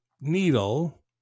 needle